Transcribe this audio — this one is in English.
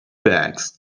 bags